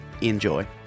Enjoy